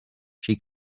she